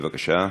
בבקשה.